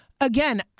again